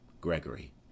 Gregory